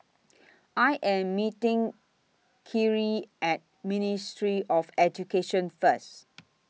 I Am meeting Kyrie At Ministry of Education First